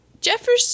Jefferson